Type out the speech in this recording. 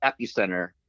epicenter